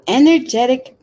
energetic